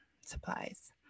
supplies